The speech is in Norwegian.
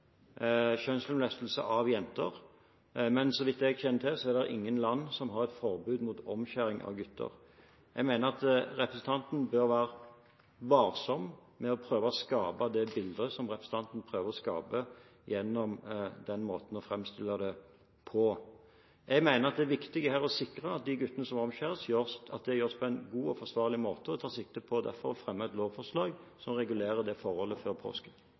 kjønnslemlestelse av jenter, men så vidt jeg kjenner til, er det ingen land som har et forbud mot omskjæring av gutter. Jeg mener at representanten bør være varsom med å prøve å skape det bildet som hun nå gjør, gjennom den måten å framstille dette på. Jeg mener det viktige er å sikre at de guttene som omskjæres, får det gjort på en god og forsvarlig måte, og tar derfor sikte på å fremme et lovforslag før påske som regulerer det forholdet.